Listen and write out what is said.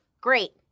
great